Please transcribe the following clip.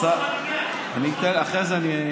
מה התפקיד?